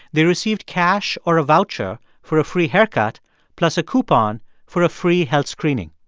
they received cash or a voucher for a free haircut plus a coupon for a free health screening.